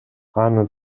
аны